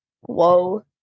Whoa